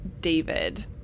David